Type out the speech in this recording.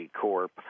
Corp